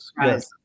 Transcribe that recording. yes